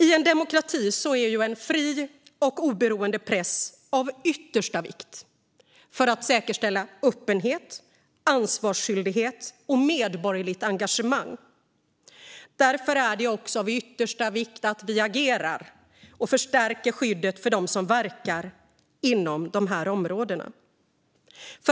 I en demokrati är en fri och oberoende press av yttersta vikt för att säkerställa öppenhet, ansvarsskyldighet och medborgerligt engagemang. Därför är det också av yttersta vikt att vi agerar och förstärker skyddet för dem som verkar inom dessa områden.